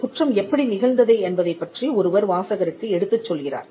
குற்றம் எப்படி நிகழ்ந்தது என்பதைப் பற்றி ஒருவர் வாசகருக்கு எடுத்துச் சொல்கிறார்